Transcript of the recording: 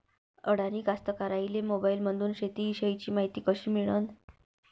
अडानी कास्तकाराइले मोबाईलमंदून शेती इषयीची मायती कशी मिळन?